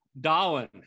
Darwin